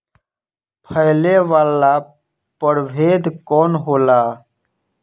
फैले वाला प्रभेद कौन होला?